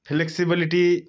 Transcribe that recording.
flexibility